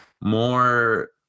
more